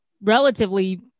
relatively